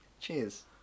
Cheers